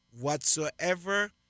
Whatsoever